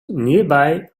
nearby